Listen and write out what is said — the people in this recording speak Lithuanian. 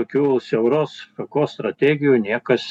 tokių siauros šakos strategijų niekas